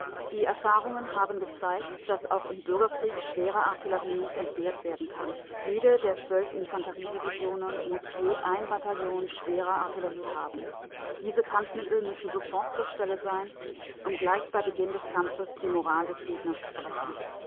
die erfahrungen haben gezeigt daß auch im bürgerkrieg schwere artillerie nicht entbehrt werden kann jede der zwölf infanterie-divisionen muß je ein bataillon schwerer artillerie haben diese kampfmittel müssen sofort zur stelle sein um gleich bei beginn des kampfes die moral des gegners zu brechen